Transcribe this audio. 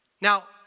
Now